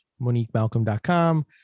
moniquemalcolm.com